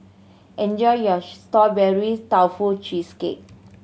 enjoy your Strawberry Tofu Cheesecake